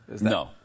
No